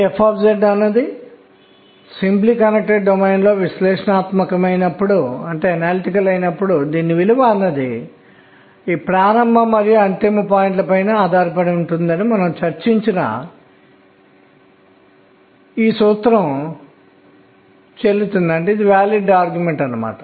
అందువల్ల n 2 కోసం m 1 0 మరియు 1 అవి మీకు k 1 మరియు k 2 ఇచ్చాయి ఇది m 1 0 1 మరియు m 2 1 0 1 2 గా ఉంది మనం వరుసక్రమాన్ని వ్యతిరేకం చేద్దాం